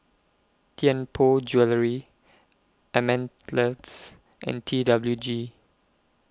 Tianpo Jewellery and T W G